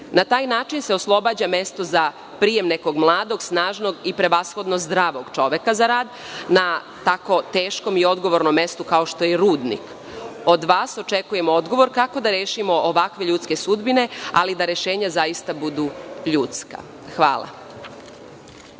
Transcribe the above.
Na taj način se oslobađa mesto za prijem nekog mladog, snažnog i prevashodno zdravog čoveka za rad na tako teškom i odgovornom mestu kao što je rudnik. Od vas očekujem odgovor kako da rešimo ovakve ljudske sudbine, ali da rešenja zaista budu ljudska. Hvala.